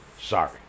Sorry